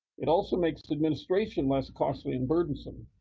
it also makes administration less costly and burdensome